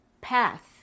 path